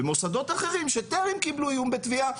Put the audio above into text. ומוסדות אחרים שטרם קיבלו איום בתביעה,